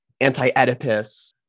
Anti-Oedipus